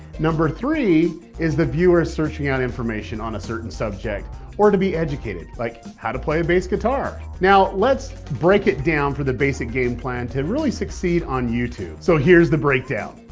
number three is the viewer searching out information on a certain subject, or to be educated, like how to play bass guitar. now let's break it down for the basic game plan to really succeed on youtube. so here's the breakdown.